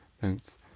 Thanks